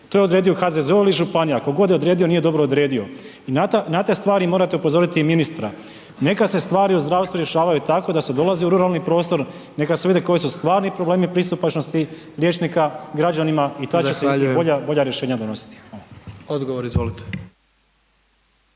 to je odredio HZZO ili županija, tko god je odredio nije dobro odredio i na te stvari trebate upozoriti i ministra, neka se stvari u zdravstvu rješavaju tako da se dolazi u ruralni prostor, neka se uvide koji su stvarni problemi pristupačnosti liječnika građanima …/Upadica: Zahvaljujem/…i tad će se bolja, bolja